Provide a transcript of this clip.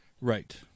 Right